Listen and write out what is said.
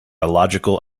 illogical